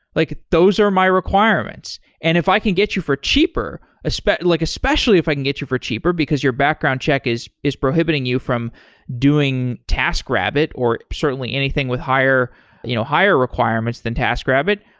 like those are my requirements. and if i can get you for cheaper, like especially if i can get you for cheaper, because your background check is is prohibiting you from doing task rabbit or certainly anything with higher you know higher requirements than task rabbit,